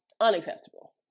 unacceptable